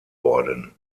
worden